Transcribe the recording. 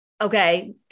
okay